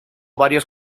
varios